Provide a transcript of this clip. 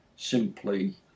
simply